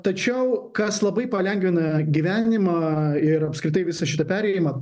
tačiau kas labai palengvina gyvenimą ir apskritai visą šitą perėjimą